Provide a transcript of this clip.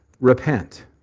repent